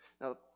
Now